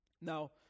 Now